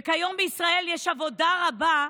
וכיום בישראל יש עבודה רבה,